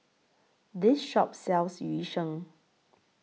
This Shop sells Yu Sheng